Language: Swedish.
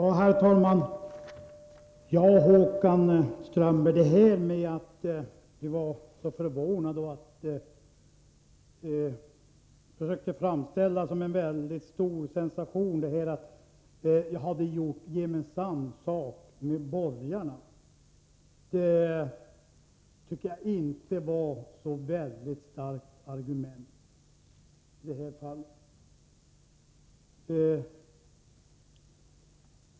Herr talman! Håkan Strömberg försöker att framställa det hela som om det vore en stor sensation att jag har gjort gemensam sak med borgarna. Jag tycker inte att det var så väldigt starkt argument i det här fallet.